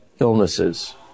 illnesses